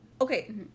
Okay